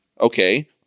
okay